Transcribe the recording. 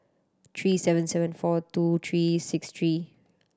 three seven seven four two three six three